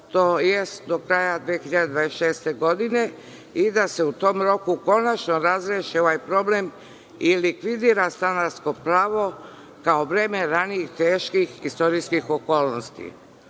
tj. do kraja 2026. godine i da se u tom roku konačno razreši ovaj problem i likvidira stanarsko pravo, kao vreme ranijih teških istorijskih okolnosti.U